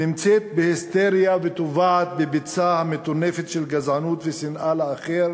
נמצאת בהיסטריה וטובעת בביצה המטונפת של גזענות ושנאה לאחר